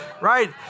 right